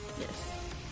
Yes